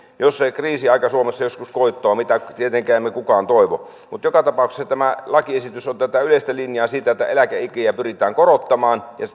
jos kriisiaika suomessa joskus koittaa mitä tietenkään emme kukaan toivo mutta joka tapauksessa tämä lakiesitys on tätä yleistä linjaa siitä että eläkeikiä pyritään korottamaan ja